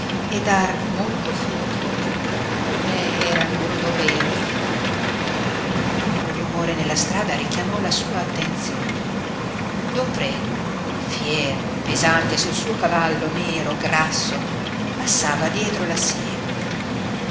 e dar molto frutto come era loro dovere ma un rumore nella strada richiamò la sua attenzione don predu fiero e pesante sul suo cavallo nero grasso passava dietro la siepe